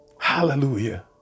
Hallelujah